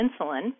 insulin